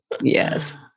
yes